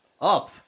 up